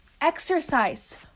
exercise